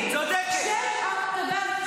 גם במאי גולן,